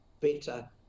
better